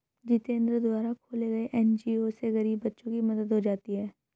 जितेंद्र द्वारा खोले गये एन.जी.ओ से गरीब बच्चों की मदद हो जाती है